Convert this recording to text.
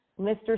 Mr